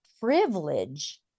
privilege